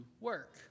work